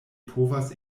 povas